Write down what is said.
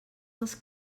dels